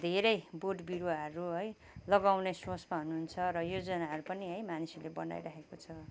धेरै बोट बिरुवाहरू लगाउने सोचमा हुनुहुन्छ र योजनाहरू पनि है मानिसहरूले बनाइरहेको छ